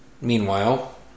meanwhile